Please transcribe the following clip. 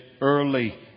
early